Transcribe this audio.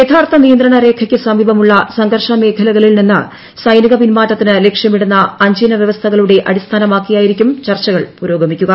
യാഥാർത്ഥ നിയന്ത്രണ രേഖയ്ക്ക് സമീപമുള്ള സംഘർഷ മേഖലകളിൽ നിന്ന് സൈനിക പിൻമാറ്റത്തിന് ലക്ഷ്യമിടുന്ന അഞ്ചിന വൃവസ്ഥകളുടെ അടിസ്ഥാനമാക്കിയായിരിക്കും ചർച്ചകൾ പുരോഗമിക്കുക